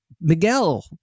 Miguel